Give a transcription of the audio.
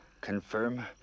Confirm